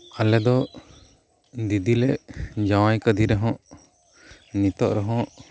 ᱟᱞᱮ ᱫᱚ ᱫᱤᱫᱤᱞᱮ ᱡᱟᱶᱟᱭ ᱟᱠᱟᱫᱤ ᱨᱮᱦᱚᱸ ᱱᱤᱛᱚᱜ ᱨᱮᱦᱚᱸ